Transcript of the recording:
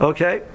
Okay